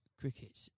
cricket